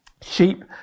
sheep